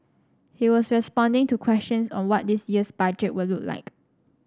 he was responding to questions on what this year's budget would look like